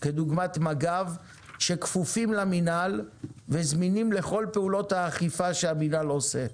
כדוגמת מג"ב שכפופים למינהל וזמינים לכל פעולות האכיפה שהמינהל עושה,